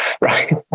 right